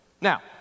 Now